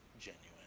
genuine